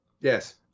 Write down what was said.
yes